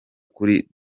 kuri